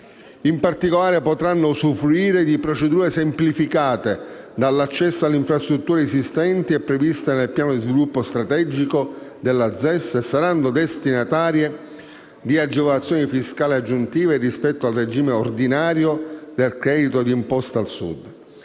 In particolare, potranno usufruire di procedure semplificate, dell'accesso alle infrastrutture esistenti e previste nel piano di sviluppo strategico della ZES e saranno destinatarie di agevolazioni fiscali aggiuntive rispetto al regime ordinario del credito di imposta al Sud.